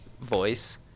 voice